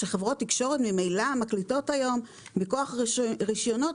שחברות תקשורת ממילא מקליטות היום מכוח רישיונות,